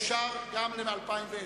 לשנת 2010,